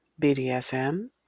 BDSM